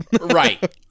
Right